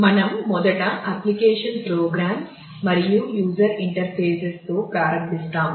మనం మొదట అప్లికేషన్ ప్రోగ్రామ్స్తో ప్రారంభిస్తాం